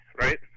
Right